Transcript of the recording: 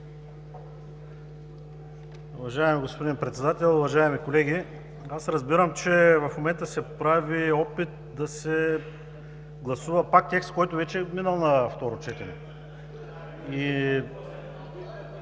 Уважаеми господин Председател, уважаеми колеги! Разбирам, че в момента се прави опит да се гласува пак текст, който вече е минал на второ четене.